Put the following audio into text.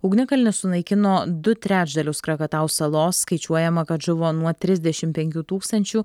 ugnikalnis sunaikino du trečdalius krakatau salos skaičiuojama kad žuvo nuo trisdešim penkių tūkstančių